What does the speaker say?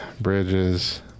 Bridges